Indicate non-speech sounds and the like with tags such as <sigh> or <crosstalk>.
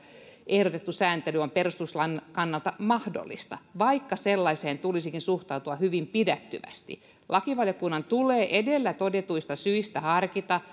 ehdotettu sääntely on perustuslain kannalta mahdollista vaikka sellaiseen tulisikin suhtautua hyvin pidättyvästi lakivaliokunnan tulee edellä todetuista syistä harkita <unintelligible>